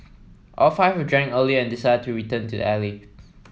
all five had drank earlier and decided to return to the alley